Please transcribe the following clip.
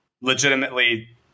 legitimately